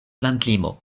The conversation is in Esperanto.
landlimo